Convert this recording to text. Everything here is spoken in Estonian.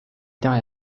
ida